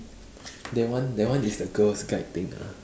that one that one is the girls guide thing ah